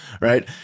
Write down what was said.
right